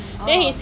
orh